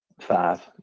Five